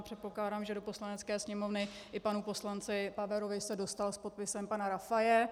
Předpokládám, že do Poslanecké sněmovny i k panu poslanci Paverovi se dostal s podpisem pana Rafaje.